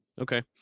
Okay